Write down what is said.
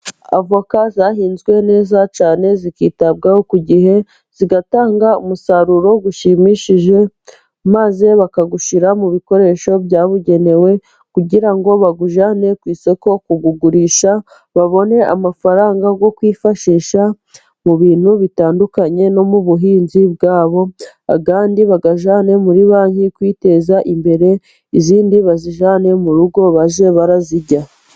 Avoka zahinzwe neza cyane zikitabwaho ku gihe, zigatanga umusaruro ushimishije maze bakawushyira mu bikoresho byabugenewe kugira ngo bawujyane ku isoko kuwugurisha, babone amafaranga yo kwifashisha mu bintu bitandukanye no mu buhinzi bwabo, ayandi bayajyane muri banki kwiteza imbere, izindi bazijyane mu rugo bajye bazirya.